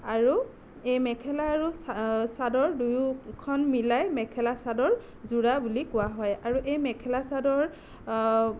আৰু এই মেখেলা আৰু চা চাদৰ দুয়োখন মিলাই মেখেলা চাদৰযোৰা বুলি কোৱা হয় আৰু এই মেখেলা চাদৰ